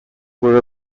were